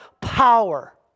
power